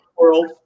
world